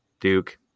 Duke